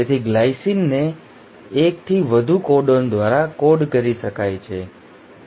તેથી ગ્લાયસિનને ૧ થી વધુ કોડોન દ્વારા કોડ કરી શકાય છે